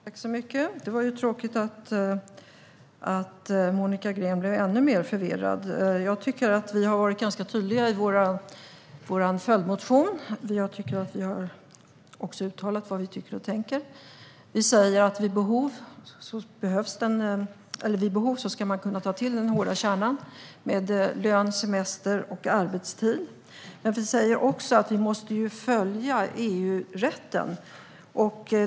Herr talman! Det var tråkigt att Monica Green blev ännu mer förvirrad. Jag tycker att vi har varit ganska tydliga i vår följdmotion. Jag tycker också att vi har uttalat vad vi tycker och tänker. Vi säger att man, vid behov, ska kunna ta till den hårda kärnan med lön, semester och arbetstid. Men vi säger också att vi måste följa EU-rätten.